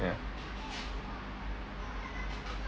ya